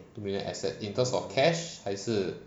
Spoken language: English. two million asset in terms of cash 还是